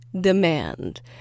demand